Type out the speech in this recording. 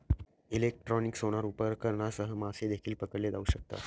electronic sonar उपकरणांसह मासे देखील पकडले जाऊ शकतात